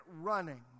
running